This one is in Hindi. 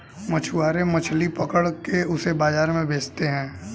मछुआरे मछली पकड़ के उसे बाजार में बेचते है